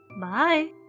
Bye